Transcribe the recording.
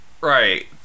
Right